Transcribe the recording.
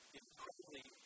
incredibly